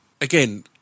Again